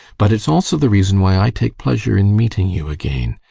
but it's also the reason why i take pleasure in meeting you again.